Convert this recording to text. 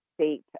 state